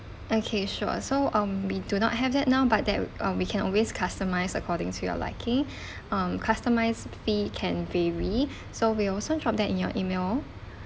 okay sure so um we do not have that now but that uh we can always customise according to your liking um customise fee can vary so we'll also drop that in your email